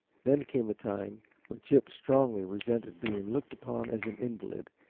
then came a time when chip strongly resented being looked upon as an invalid,